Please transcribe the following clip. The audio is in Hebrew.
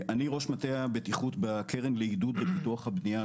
אני ראש מטה הבטיחות בקרן לעידוד ופיתוח הבנייה.